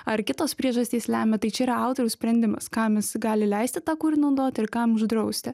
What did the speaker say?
ar kitos priežastys lemia tai čia yra autoriaus sprendimas kam jis gali leisti tą kur naudoti ir kam uždrausti